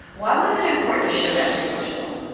why was it important to show that reversal?